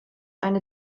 eine